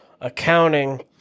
accounting